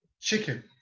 chicken